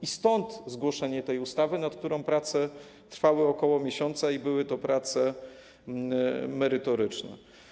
I stąd zgłoszenie tej ustawy, nad którą prace trwały około miesiąca i były to prace merytoryczne.